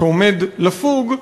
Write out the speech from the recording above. שעומד לפוג,